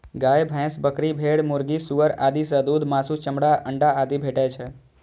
गाय, भैंस, बकरी, भेड़, मुर्गी, सुअर आदि सं दूध, मासु, चमड़ा, अंडा आदि भेटै छै